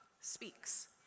speaks